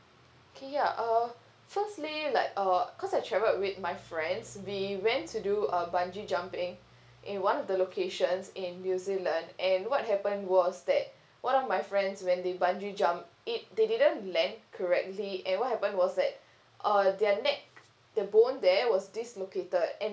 okay ya uh firstly like uh cause I travelled with my friends we went to do uh bungee jumping in one of the locations in new zealand and what happened was that one of my friends when they bungee jumped it they didn't land correctly and what happened was that uh their neck the bone there was dislocated and